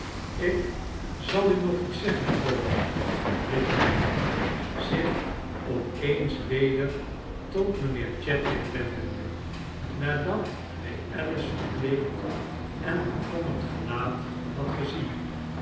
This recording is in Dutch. ik zal u nog iets zeggen oom riep hij zich op eens weder tot mijnheer chadwick wendende nadat hij alice's verbleekt en bekommerd gelaat had gezien